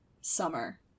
summer